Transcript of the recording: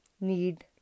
need